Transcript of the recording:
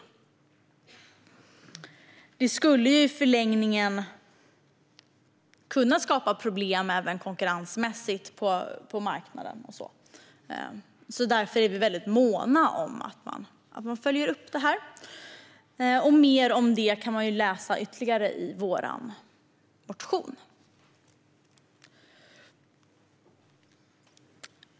Det skulle i förlängningen även skapa problem konkurrensmässigt på marknaden. Därför är vi mycket måna om att detta följs upp. Mer om detta kan man läsa i vår motion.